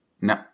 no